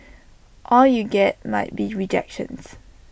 all you get might be rejections